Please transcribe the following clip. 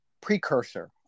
precursor